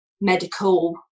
medical